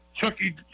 chucky